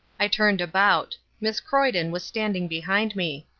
i turned about. miss croyden was standing behind me.